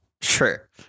Sure